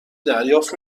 دریافت